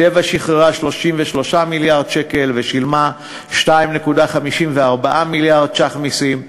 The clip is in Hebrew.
"טבע" שחררה 33 מיליארד שקל ושילמה 2.54 מיליארד ש"ח מסים,